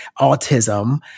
autism